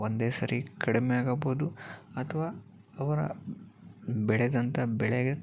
ಒಂದೇ ಸರಿ ಕಡಿಮೆ ಆಗಬಹುದು ಅಥವಾ ಅವರು ಬೆಳೆದಂಥ ಬೆಳೆಗೆ